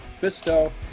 Fisto